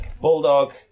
Bulldog